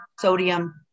sodium